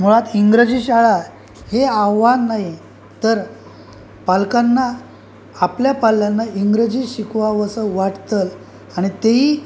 मुळात इंग्रजी शाळा हे आव्हान नाही तर पालकांना आपल्या पाल्यांना इंग्रजी शिकवावसं वाटतं आणि तेही